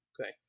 Okay